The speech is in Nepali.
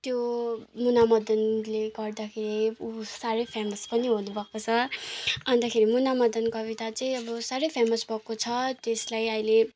त्यो मुनामदनले गर्दाखेरि उ साह्रै फेमस पनि हुनुभएको छ अन्तखेरि मुनामदन कविता चाहिँ अब साह्रै फेमस भएको छ त्यसलाई अहिले